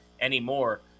anymore